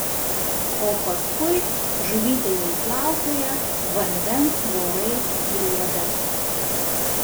o paskui žuvytė jei plaukioja vandens vorai griebia